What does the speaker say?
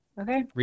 Okay